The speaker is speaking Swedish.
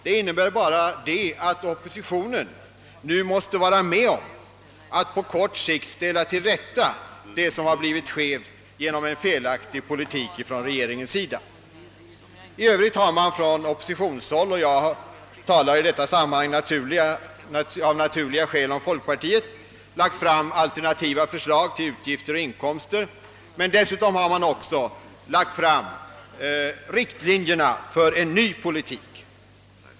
Det betyder endast att oppositionen nu måste vara med om att på kort sikt ställa till rätta vad som blivit skevt genom en felaktig regeringspolitik. I övrigt har man från oppositionshåll — jag talar i detta sammanhang av naturliga skäl om folkpartiet — lagt fram alternativa förslag till utgifter och inkomster samt dragit upp riktlinjerna till en ny politik.